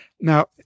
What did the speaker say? Now